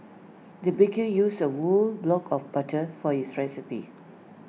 the baker used A whole block of butter for this recipe